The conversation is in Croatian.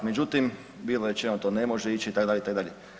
Međutim, bilo je rečeno da to ne može ići itd., itd.